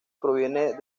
proviene